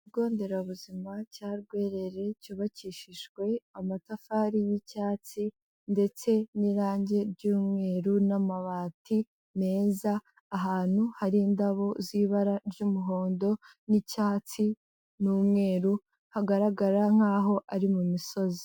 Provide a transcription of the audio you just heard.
Ikigo nderabuzima cya Rwerere cyubakishijwe amatafari y'icyatsi ndetse n'irange ry'umweru n'amabati meza, ahantu hari indabo z'ibara ry'umuhondo n'icyatsi n'umweru, hagaragara nkaho ari mu misozi.